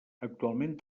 actualment